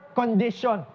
condition